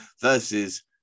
Versus